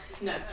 No